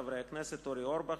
חברי הכנסת אורי אורבך,